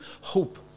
hope